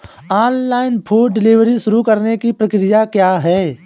Online food delivery शुरू करने की प्रक्रिया क्या है?